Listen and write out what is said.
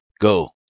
Go